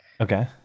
Okay